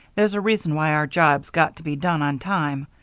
there's a reason why our job's got to be done on time.